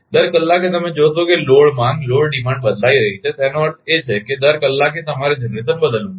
દર કલાકે તમે જોશો કે લોડ માંગ બદલાઈ રહી છે તેનો અર્થ એ છે કે દર કલાકે તમારે જનરેશન બદલવું પડશે